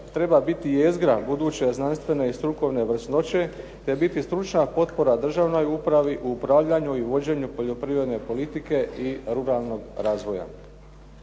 treba biti jezgra buduće znanstvene i strukovne vrsnoće te biti stručna potpora državnoj upravi u upravljanju i vođenju poljoprivredne politike i ruralnog razvoja.